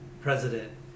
president